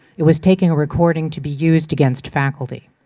it was taking a recording to be used against faculty.